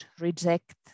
reject